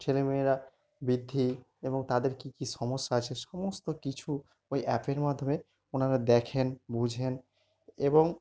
ছেলেমেয়েরা বৃদ্ধি এবং তাদের কী কী সমস্যা আছে সমস্ত কিছু ওই অ্যাপের মাধ্যমে ওনারা দেখেন বুঝেন এবং